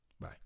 Bye